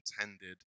intended